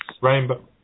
Rainbow